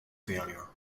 failure